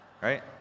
right